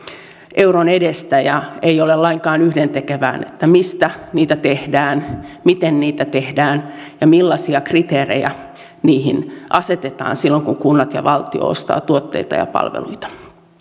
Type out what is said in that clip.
euron edestä ja ei ole lainkaan yhdentekevää mistä niitä tehdään miten niitä tehdään ja millaisia kriteerejä asetetaan silloin kun kunnat ja valtio ostavat tuotteita ja palveluita